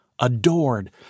adored